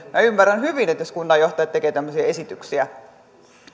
minä ymmärrän hyvin jos kunnanjohtajat tekevät tämmöisiä esityksiä